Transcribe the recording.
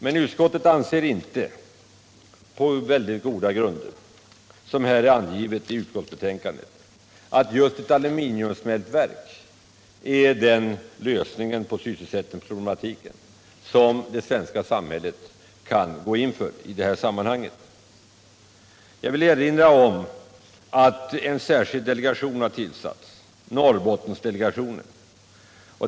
Men utskottet anser, på goda grunder, som anges i utskottsbetänkandet, inte att ett aluminiumsmältverk är en lösning av sysselsättningsproblemen som det svenska samhället i detta sammanhang kan välja. Jag vill erinra om att en särskild delegation har tillsatts — Norrbottensdelegationen.